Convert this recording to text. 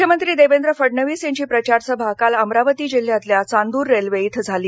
मुख्यमंत्री देवेंद्र फडणवीस यांची प्रचार सभा काल अमरावती जिल्ह्यातल्या चांदूर रेल्वे इथं झाली